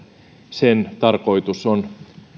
sen tarkoitus on